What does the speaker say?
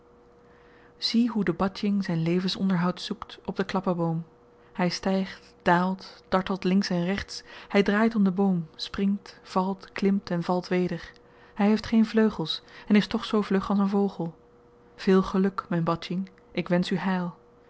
zie hoe de badjing zyn levensonderhoud zoekt op den klappa boom hy stygt daalt dartelt links en rechts hy draait om den boom springt valt klimt en valt weder hy heeft geen vleugels en is toch zoo vlug als een vogel veel geluk myn badjing ik wensch u heil